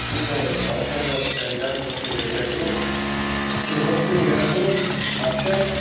कितें रे तूं अशें करता फ्रेंडाक म्हूण अशें उलयता गो तुवें रस्ते पोयलाय गो म्हापशान